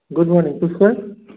good morning Pushkar